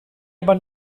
aber